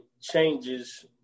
changes